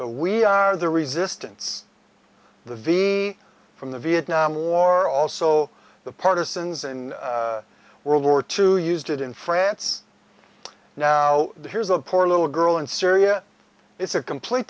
but we are the resistance the v from the vietnam war also the partisans in world war two used it in france now here's a poor little girl in syria it's a complete